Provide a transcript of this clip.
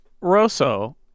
Rosso